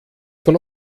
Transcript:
von